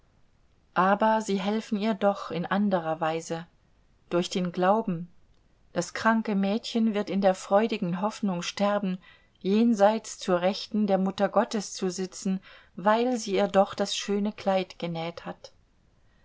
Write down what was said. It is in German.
aber sie helfen ihr doch in anderer weise durch den glauben das kranke mädchen wird in der freudigen hoffnung sterben jenseits zur rechten der mutter gottes zu sitzen weil sie ihr doch das schöne kleid genäht hat